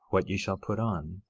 what ye shall put on.